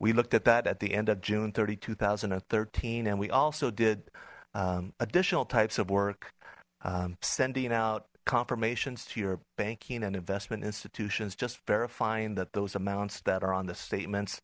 we looked at that at the end of june thirty two thousand and thirteen and we also did additional types of work sending out confirmations to your banking and investment institutions just verifying that those amounts that are on the statements